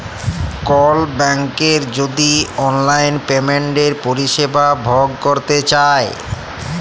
call ব্যাংকের যদি অললাইল পেমেলটের পরিষেবা ভগ ক্যরতে চায়